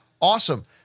awesome